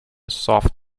soft